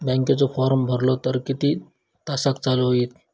बँकेचो फार्म भरलो तर किती तासाक चालू होईत?